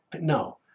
No